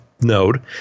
node